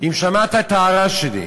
אם שמעת את ההערה שלי,